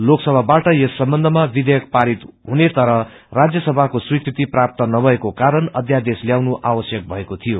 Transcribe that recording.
लोकसभाबाट यस सम्बन्धमा विधेयक पारित हुने तर राज्यसभाको स्वेत्रीकृति प्राप्त नभएको कारण अध्यादेश ल्याउनु आवश्यक भएको शियो